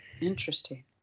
interesting